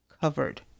covered